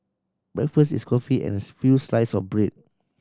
breakfast is coffee and as few slice of bread